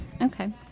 Okay